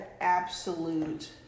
absolute